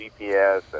GPS